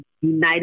United